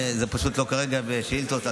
זה פשוט לא כרגע בשאילתות,